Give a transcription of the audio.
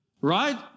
Right